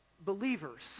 believers